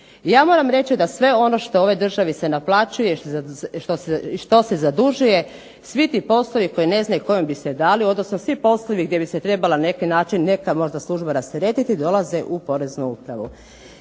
Ja moram reći da sve ono što u ovoj državi se naplaćuje i za što se zadužuje svi ti poslove koji ne znaju kome bi se dalo, svi ti poslovi gdje bi se trebalo na neki način neka služba rasteretiti dolaze u poreznu upravu